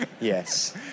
Yes